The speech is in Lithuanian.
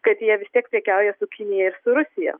kad jie vis tiek prekiauja su kinija ir su rusija